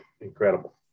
incredible